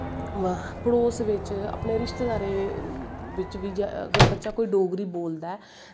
पड़ोस बिच्च अपने रिश्तेदारें बिच्च बी अगर कोई बच्चा डोगरी बोलदा ऐ